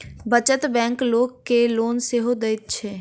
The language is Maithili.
बचत बैंक लोक के लोन सेहो दैत छै